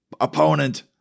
opponent